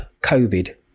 COVID